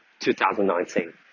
2019